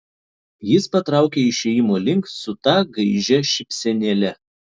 jis patraukė išėjimo link su ta gaižia šypsenėle